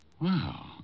Wow